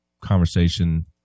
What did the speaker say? conversation